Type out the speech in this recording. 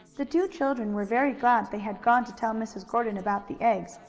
the two children were very glad they had gone to tell mrs. gordon about the eggs,